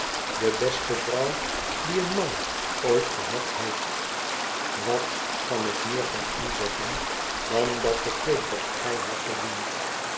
de beste vrouw die een man ooit gehad heeft wat kan ik meer van u zeggen dan dat ik weet dat gij haar verdient